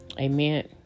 Amen